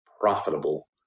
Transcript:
profitable